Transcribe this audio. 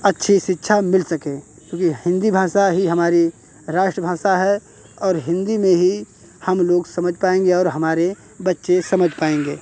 अच्छी शिक्षा मिल सके क्योंकि हिन्दी भाषा ही हमारी राष्ट्रभाषा है और हिन्दी में ही हम लोग समझ पाएँगे और हमारे बच्चे समझ पाएँगे